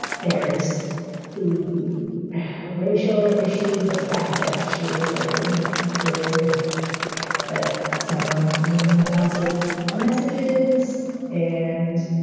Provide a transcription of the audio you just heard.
there's the racial issues, the fact that she was looking through at someone else's messages and.